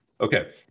Okay